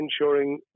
ensuring